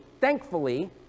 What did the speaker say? thankfully